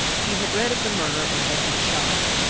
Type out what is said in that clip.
he had read of the murder, and had been shocked,